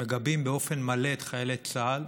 מגבים באופן מלא את חיילי צה"ל.